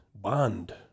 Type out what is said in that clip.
bond